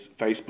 Facebook